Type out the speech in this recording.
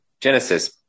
genesis